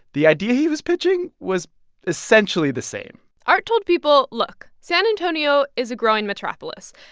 the idea he was pitching was essentially the same art told people, look san antonio is a growing metropolis.